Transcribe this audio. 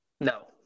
No